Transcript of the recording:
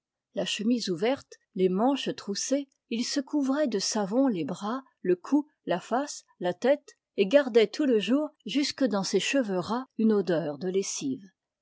la chemise ouverte les manches troussées il se couvrait de savon les bras le cou la face la tête et gardait tout le jour jusque dans ses cheveux ras une odeur de lessive